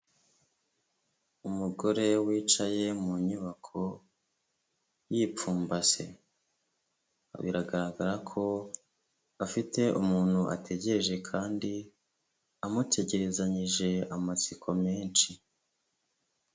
Umugore wicaye mu nyubako yipfumbase, biragaragara ko afite umuntu ategereje kandi amutegerezanyije amatsiko menshi.